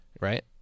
right